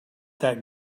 that